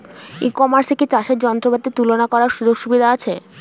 ই কমার্সে কি চাষের যন্ত্রপাতি তুলনা করার সুযোগ সুবিধা আছে?